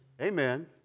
Amen